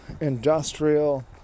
industrial